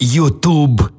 YouTube